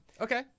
okay